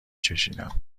چشیدم